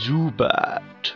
Zubat